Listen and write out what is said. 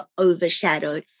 overshadowed